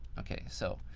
okay. so,